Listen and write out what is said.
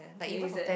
it is there